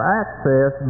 access